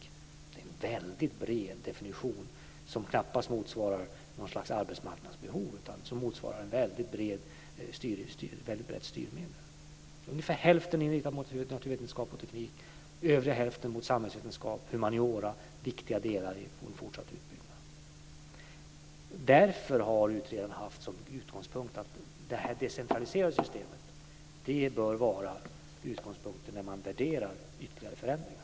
Det är en väldigt bred definition som knappast motsvarar något slags arbetsmarknadsbehov, utan det här motsvarar ett väldigt brett styrmedel. Ungefär hälften av det här är inriktat mot naturvetenskap och teknik. Den andra hälften är inriktad mot samhällsvetenskap och humaniora, viktiga delar i en fortsatt utbyggnad. Därför har utredaren haft som grund att det här decentraliserade systemet bör vara utgångspunkten när man värderar ytterligare förändringar.